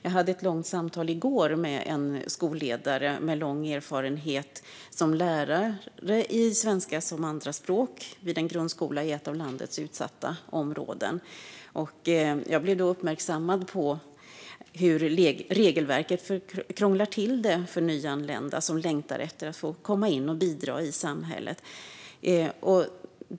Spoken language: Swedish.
Jag hade ett långt samtal i går med en skolledare med lång erfarenhet som lärare i svenska som andraspråk vid en grundskola i ett av landets utsatta områden. Jag blev då uppmärksammad på hur regelverket krånglar till det för nyanlända som längtar efter att få komma in i och bidra till samhället.